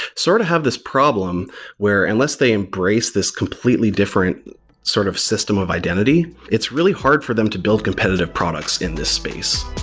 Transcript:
sort of have this problem where unless they embrace this completely different sort of system of identity, it's really hard for them to build competitive products in this space.